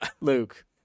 Luke